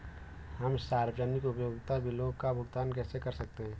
हम सार्वजनिक उपयोगिता बिलों का भुगतान कैसे कर सकते हैं?